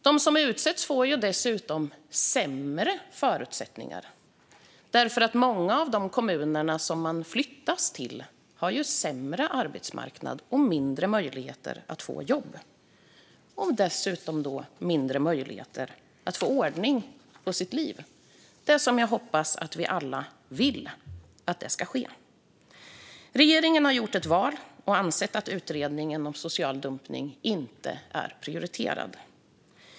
De som utsätts får dessutom sämre förutsättningar därför att många av de kommuner som de flyttas till har sämre arbetsmarknad och färre möjligheter till jobb och därmed också sämre möjligheter för dem att få ordning på sitt liv, vilket jag hoppas att vi alla vill att de ska få. Regeringen har gjort ett val och anser att utredningen om social dumpning inte är prioriterad.